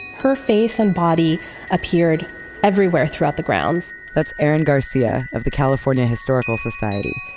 her face and body appeared everywhere throughout the grounds. that's erin garcia of the california historical society.